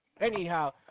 Anyhow